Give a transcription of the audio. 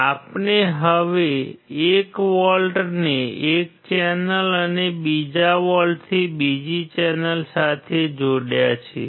આપણે હવે 1 વોલ્ટને એક ચેનલ અને બીજા વોલ્ટથી બીજી ચેનલ સાથે જોડ્યા છે